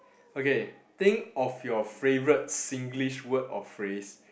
okay think of your favorite Singlish word or phrase